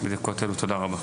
תודה רבה.